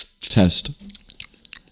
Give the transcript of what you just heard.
Test